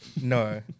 no